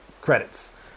Credits